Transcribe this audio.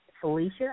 Felicia